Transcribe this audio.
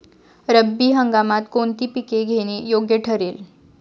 रब्बी हंगामात कोणती पिके घेणे योग्य ठरेल?